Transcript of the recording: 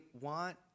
want